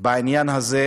בעניין הזה,